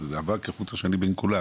זה עבר כחוט השני בין כולם,